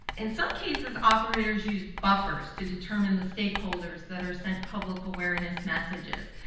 in some cases, operators use buffers to determine the stakeholders that are sent public awareness messages,